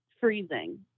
Freezing